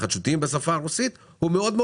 החדשותיים בשפה הרוסית הוא גבוה מאוד,